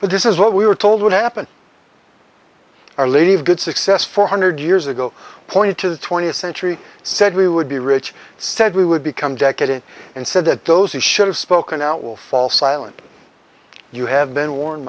but this is what we were told would happen our lady of good success four hundred years ago pointed to the twentieth century said we would be rich said we would become decadent and said that those who should have spoken out will fall silent you have been warn